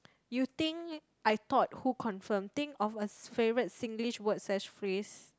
you think I thought who confirmed think of a favourite Singlish word such phrase